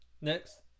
Next